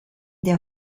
der